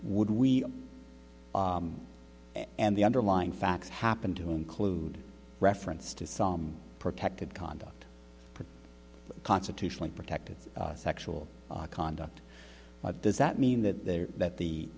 would we and the underlying facts happen to include reference to some protected conduct but constitutionally protected sexual conduct what does that mean that there that the